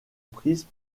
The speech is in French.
prises